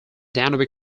danube